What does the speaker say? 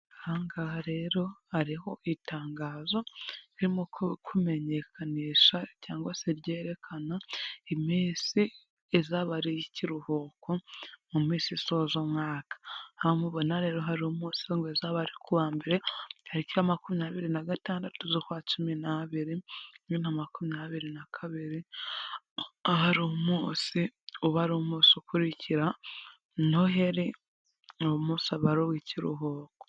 Ahangaha rero hariho itangazo ririmo kumenyekanisha cyangwa se ryerekana iminsi izaba ari ikiruhuko mu minsi isoza umwaka. Aho mubona rero hari umunsi uzaba ku wa mbere tariki ya 26/12/2022 aho uba ari umunsi ukurikira noheli, uwo munsi uba ari uw'ikiruhuko.